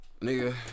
nigga